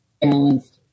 balanced